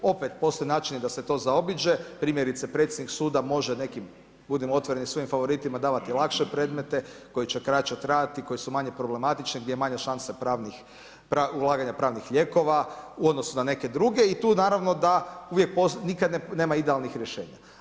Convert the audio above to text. Opet postoje načini da se to zaobiđe, primjerice predsjednik suda može nekim budimo otvoreni svojim favoritima davati lakše predmete koji će kraće trajati, koji su manje problematični, gdje je manja šansa ulaganja pravnih lijekova u odnosu na neke druge i tu naravno da nikada nema idealnih rješenja.